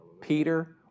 Peter